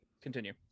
continue